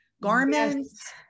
garments